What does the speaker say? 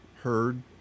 heard